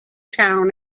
town